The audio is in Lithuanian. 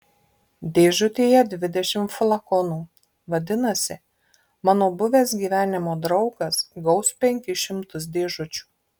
dėžutėje dvidešimt flakonų vadinasi mano buvęs gyvenimo draugas gaus penkis šimtus dėžučių